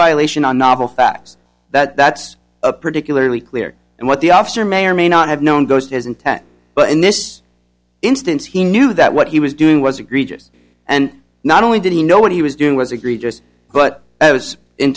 violation on novel facts that's a particularly clear and what the officer may or may not have known goes his intent but in this instance he knew that what he was doing was egregious and not only did he know what he was doing was agree just but it was in